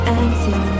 answer